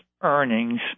earnings